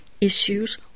issues